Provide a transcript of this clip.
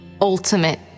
ultimate